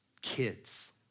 kids